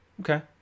okay